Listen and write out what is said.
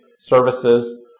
services